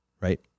right